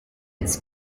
its